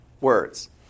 words